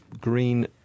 green